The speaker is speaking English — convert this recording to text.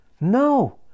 no